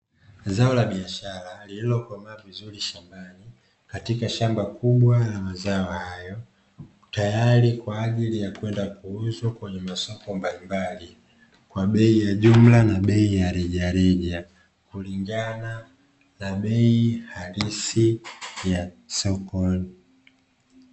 Zao la biashara lililokomaa vizuri shambani, katika shamba kubwa la mazao hayo, tayari kwa ajili ya kwenda kuuzwa kwenye masoko mbalimbali kwa bei ya jumla na bei ya rejareja, kulingana na bei halisi ya sokoni.